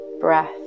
breath